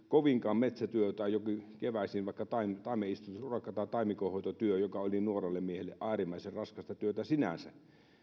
kovinkin metsätyö tai keväisin vaikka taimenistutusurakka tai taimikon hoitotyö joka oli nuorelle miehelle äärimmäisen raskasta työtä sinänsä